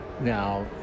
Now